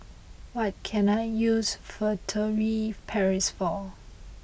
what can I use Furtere Paris for